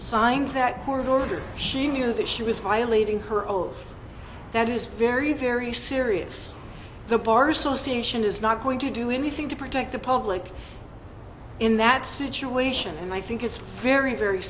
signed that poor border she knew that she was violating her own that is very very serious the bar association is not going to do anything to protect the public in that situation and i think it's very very